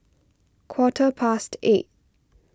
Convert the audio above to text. quarter past eight